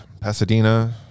Pasadena